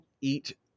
eat